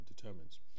determines